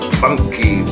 funky